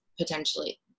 potentially